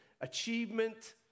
achievement